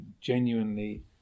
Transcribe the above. genuinely